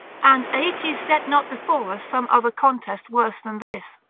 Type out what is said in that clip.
and aeetes set not before us some other contest worse than this.